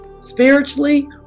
spiritually